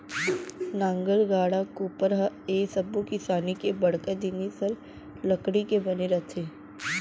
नांगर, गाड़ा, कोपर ए सब्बो किसानी के बड़का जिनिस हर लकड़ी के बने रथे